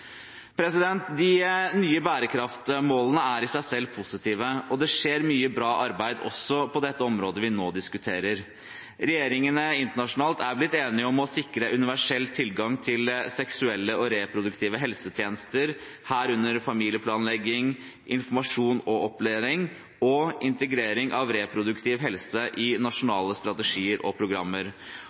De nye bærekraftsmålene er i seg selv positive, og det skjer mye bra arbeid også på det området vi nå diskuterer. Regjeringene internasjonalt er blitt enige om å sikre universell tilgang til seksuelle og reproduktive helsetjenester, herunder familieplanlegging, informasjon og opplæring og integrering av reproduktiv helse i nasjonale strategier og programmer,